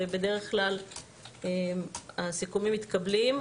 ובדרך כלל הסיכומים מתקבלים.